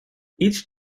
each